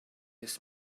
his